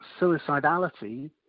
suicidality